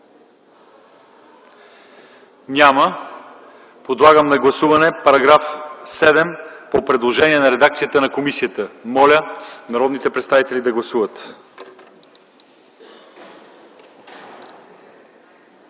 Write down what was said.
Няма. Подлагам на гласуване § 10 по предложение на комисията. Моля народните представители да гласуват.